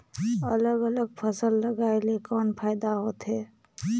अलग अलग फसल लगाय ले कौन फायदा होथे?